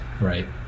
right